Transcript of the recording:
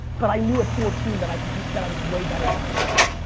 but i knew at fourteen that i could, that i was way better than my dad,